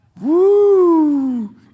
Woo